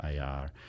AR